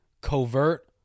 covert